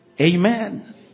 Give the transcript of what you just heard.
Amen